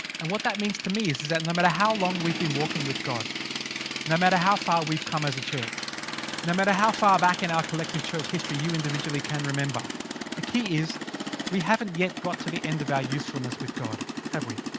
and what that means to me is is that no matter how long we've been walking with god no matter how far we've come as a church no matter how far back in our collective church history you individually can remember the key is we haven't yet got to the end the values from this with god have-we